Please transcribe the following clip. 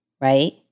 right